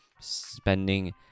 spending